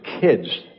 kids